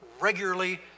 regularly